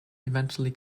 eventually